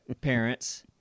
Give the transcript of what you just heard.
parents